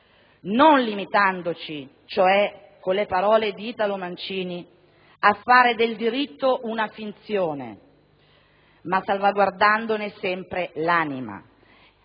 Non limitandoci cioè, con le parole di Italo Mancini, a fare del diritto una finzione, ma salvaguardandone sempre l'anima,